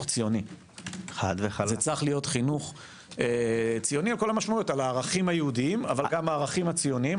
ציוני על כל המשמעויות על הערכים היהודיים אבל גם הערכים הציוניים.